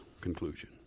conclusion